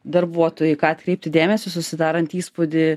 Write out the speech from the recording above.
darbuotojui į ką atkreipti dėmesį susidarant įspūdį